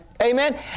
Amen